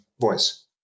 voice